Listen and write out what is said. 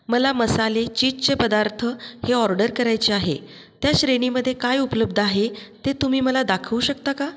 मला मसाले चीजचे पदार्थ हे ऑर्डर करायचे आहे त्या श्रेणीमध्ये काय उपलब्ध आहे ते तुम्ही मला दाखवू शकता का